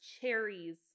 cherries